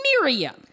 Miriam